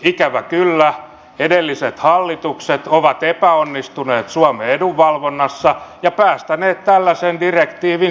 ikävä kyllä edelliset hallitukset ovat epäonnistuneet suomen edunvalvonnassa ja päästäneet tällaisen direktiivin syntymään